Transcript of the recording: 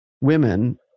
women